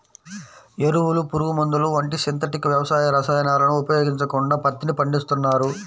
ఎరువులు, పురుగుమందులు వంటి సింథటిక్ వ్యవసాయ రసాయనాలను ఉపయోగించకుండా పత్తిని పండిస్తున్నారు